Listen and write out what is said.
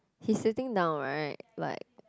he's sitting down right like